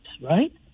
right